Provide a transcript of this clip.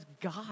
God